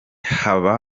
haba